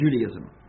Judaism